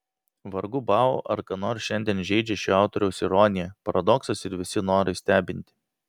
vargu bau ar ką nors šiandien žeidžia šio autoriaus ironija paradoksas ir visi norai stebinti